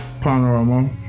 Panorama